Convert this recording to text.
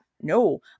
no